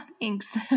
thanks